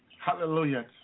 Hallelujah